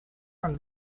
from